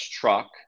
truck